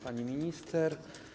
Pani Minister!